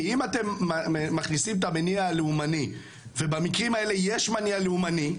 כי אם אתם מכניסים את המניע הלאומני ובמקרים האלה יש מניע לאומני,